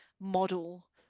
model